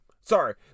Sorry